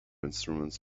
instruments